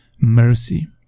mercy